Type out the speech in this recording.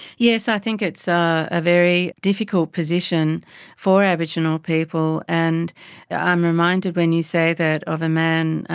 yes, i think it's ah a very difficult position for aboriginal people, and i'm reminded when you say that of a man,